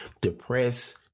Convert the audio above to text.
depressed